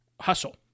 hustle